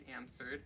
answered